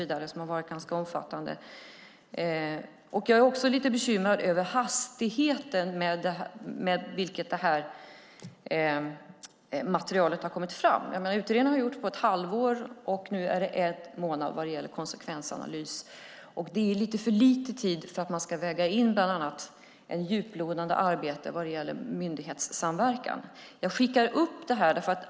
Jag är också lite bekymrad över hastigheten med vilket materialet har kommit fram. Utredningen har tagit ett halvår, och nu är det en månad för konsekvensanalys. Det är lite för kort tid för att väga in i ett djuplodande arbete vad gäller myndighetssamverkan. Jag skickar frågan vidare.